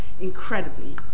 incredibly